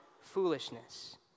foolishness